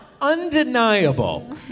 undeniable